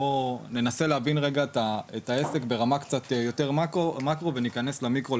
בואו ננסה להבין רגע את העסק ברמה קצת יותר מאקרו וניכנס למיקרו,